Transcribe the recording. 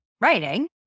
writing